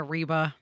Reba